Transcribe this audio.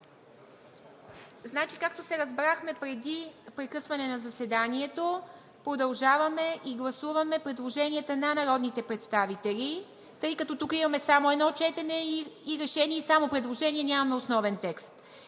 колеги. Както се разбрахме преди прекъсване на заседанието, продължаваме и гласуваме предложението на народните представители, тъй като имаме само едно четене и решение – само предложения и нямаме основен текст.